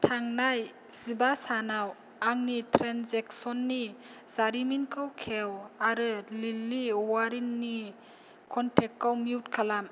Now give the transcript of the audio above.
थांनाय जिबा सानाव आंनि ट्रेन्जेकसननि जारिमिनखौ खेव आरो लिलि औवारिनि कनटेक्टखौ मिउट खालाम